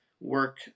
work